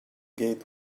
gate